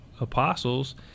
apostles